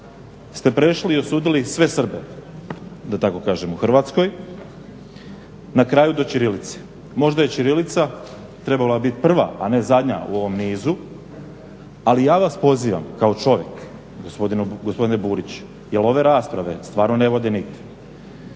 ste prešli i osudili sve Srbe, da tako kažem, u Hrvatskoj na kraju do ćirilice, možda i ćirilica trebala je biti prva, a ne zadnja u ovom nizu. Ali ja vas pozivam kao čovjek gospodine Burić jel ove rasprave stvarno ne vode nigdje,